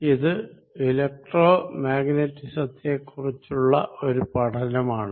ഇത് ഇലക്ട്രോമാഗ്നെറ്റിസത്തെക്കുറിച്ചുള്ള ഒരു പഠനമാണ്